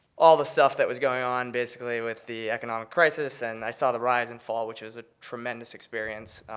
all the stuff that was going on basically with the economic crisis. and i saw the rise and fall, which was a tremendous experience,